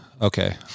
Okay